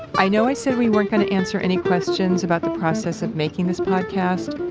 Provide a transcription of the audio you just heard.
i know i said we weren't going to answer any questions about the process of making this podcast,